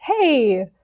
hey